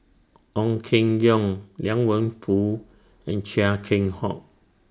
Ong Keng Yong Liang Wenfu and Chia Keng Hock